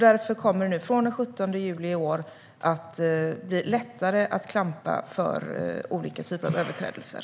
Därför kommer det nu från den 17 juli i år att bli lättare att klampa bilar för olika typer av överträdelser.